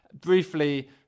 Briefly